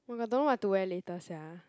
oh my god don't know what to wear later sia